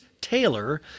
Taylor